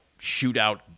shootout